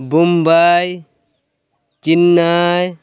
Bombay Chennai